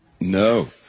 No